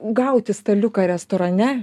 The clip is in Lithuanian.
gauti staliuką restorane